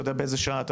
אתה יודע באיזה שעה,